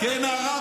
הרב